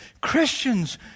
Christians